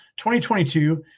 2022